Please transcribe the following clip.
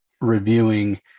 reviewing